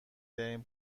ترین